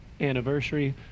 anniversary